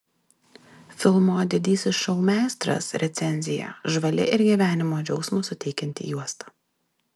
filmo didysis šou meistras recenzija žvali ir gyvenimo džiaugsmo suteikianti juosta